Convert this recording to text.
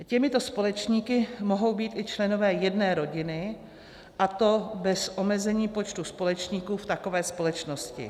Těmito společníky mohou být i členové jedné rodiny, a to bez omezení počtu společníků v takové společnosti.